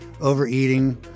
overeating